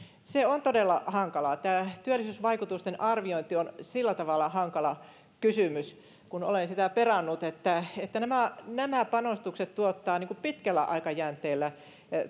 se on todella hankalaa tämä työllisyysvaikutusten arviointi on sillä tavalla hankala kysymys kun olen sitä perannut että että nämä nämä panostukset tuottavat pitkällä aikajänteellä